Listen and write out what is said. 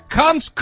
comes